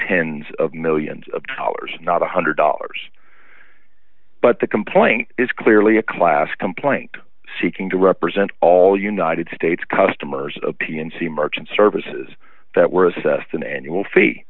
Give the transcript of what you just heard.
tens of millions of dollars not one hundred dollars but the complaint is clearly a class complaint seeking to represent all united states customers of p and c merchant services that were assessed an annual fee